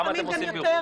כמה זמן אתם עושים בירור?